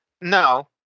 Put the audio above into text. No